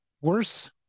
worse